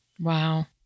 wow